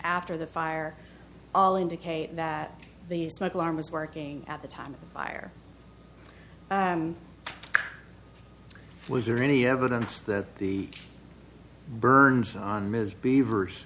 after the fire all indicate that the smoke alarm was working at the time of the fire was there any evidence that the burns on ms beaver